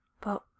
But